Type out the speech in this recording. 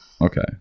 Okay